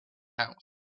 house